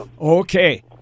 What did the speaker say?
Okay